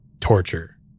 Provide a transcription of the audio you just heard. torture